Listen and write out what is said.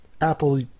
Apple